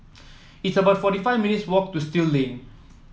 it's about fifty four minutes' walk to Still Lane